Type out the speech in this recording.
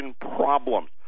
problems